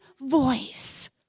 voice